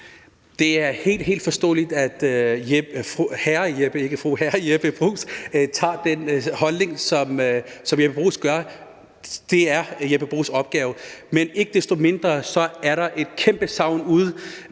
helt, helt forståeligt, at hr. Jeppe Bruus indtager den holdning, som hr. Jeppe Bruus gør. Det er hr. Jeppe Bruus' opgave, men ikke desto mindre er der et kæmpe savn ude